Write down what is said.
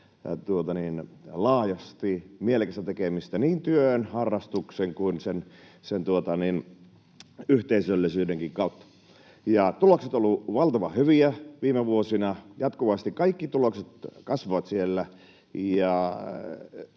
laajasti mielekästä tekemistä niin työn, harrastuksen kuin sen yhteisöllisyydenkin kautta. Tulokset ovat olleet valtavan hyviä viime vuosina, jatkuvasti kaikki tulokset kasvavat siellä,